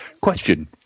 Question